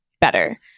better